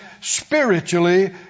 spiritually